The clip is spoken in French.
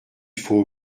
faut